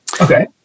Okay